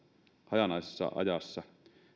hajanaisessa ajassa